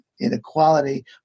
inequality